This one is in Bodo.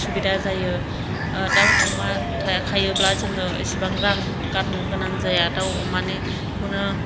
उसुबिदा जायो दाउ अमा थाखायोब्ला जोङो इसिबां रां गारनो गोनां जाया दाउ अमानिखौनो